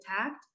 attacked